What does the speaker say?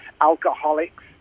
Alcoholics